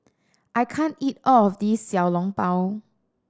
I can't eat all of this Xiao Long Bao